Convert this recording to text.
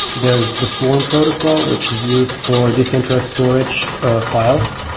there is this one protocol which is used for decentralized storage files,